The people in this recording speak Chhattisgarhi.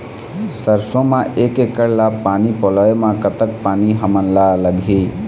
सरसों म एक एकड़ ला पानी पलोए म कतक पानी हमन ला लगही?